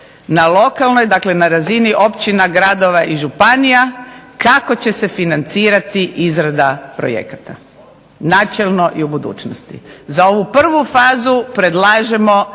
na lokalnoj, na razini općina, gradova i županija kako će se financirati izrada projekata, načelno i u budućnosti. Za ovu prvu fazu predlažemo,